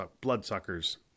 bloodsuckers